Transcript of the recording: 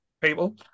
people